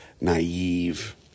naive